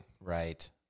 Right